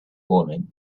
woman